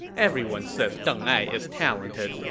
everyone says deng ai is talented,